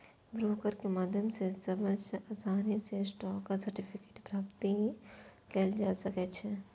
broker के माध्यम सं सबसं आसानी सं स्टॉक सर्टिफिकेट प्राप्त कैल जा सकै छै